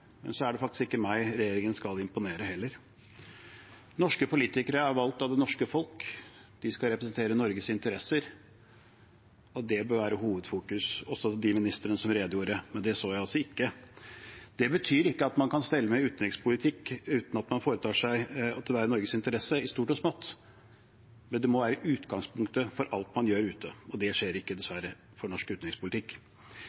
men så er det faktisk ikke meg regjeringen skal imponere, heller. Norske politikere er valgt av det norske folk. De skal representere Norges interesser, og det bør være hovedfokus, også hos de ministrene som redegjorde. Men det så jeg altså ikke. Det betyr ikke at man ikke kan stelle med utenrikspolitikk uten at det man foretar seg, er i Norges interesse i stort og smått, men det må være utgangspunktet for alt man gjør ute. Og det skjer ikke,